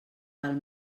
pel